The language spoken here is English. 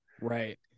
right